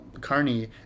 Carney